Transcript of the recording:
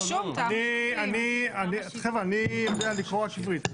רשום תמ"א 70. אני יודע לקרוא רק עברית.